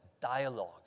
dialogue